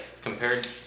compared